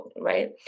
right